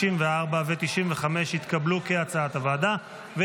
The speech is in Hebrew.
94 ו-95, כהצעת הוועדה, התקבלו.